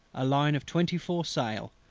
a line of twenty-four sail,